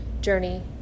journey